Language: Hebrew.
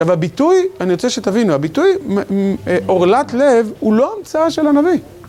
אבל הביטוי, אני רוצה שתבינו, הביטוי עורלת לב הוא לא המצאה של הנביא.